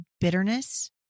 bitterness